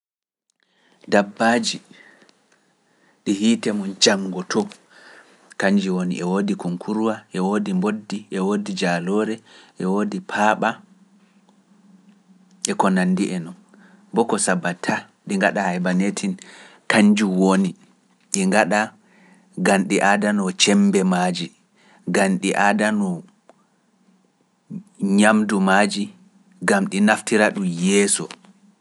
Dabbaaji ɗi hiite mum janngo to, kañnji woni e woodi kunkuruwa, e woodi mboddi, e woodi jaloore, e woodi paaɓa, e ko nanndi e noo. Boko sabata ɗi ngaɗa haybaneeteeji, kañnjun woni, ɗi ngaɗa, ngam ɗi aadanoo cembe maaji, ngam ɗi aadanoo ñamdu maaji, ngam ɗi naftira ɗum yeeso.